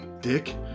Dick